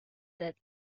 that